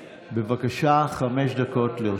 בבקשה, חמש דקות לרשותך.